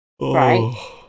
Right